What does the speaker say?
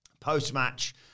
Post-match